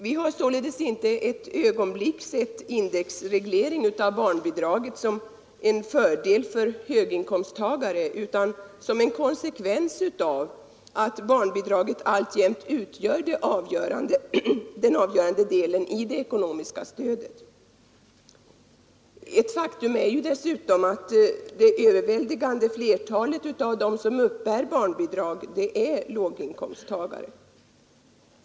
Vi har således inte ett ögonblick sett en indexreglering av barnbidragen som en fördel för höginkomsttagare utan som en konsekvens av att barnbidraget utgör den avgörande delen av det ekonomiska stödet. Ett faktum är dessutom att det överväldigande flertalet av dem som uppbär barnbidrag är låginkomsttagare.